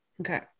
Okay